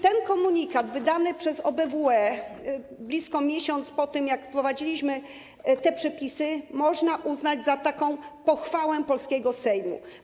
Ten komunikat wydany przez OBWE blisko miesiąc po tym, jak wprowadziliśmy te przepisy, można uznać za pochwałę polskiego Sejmu.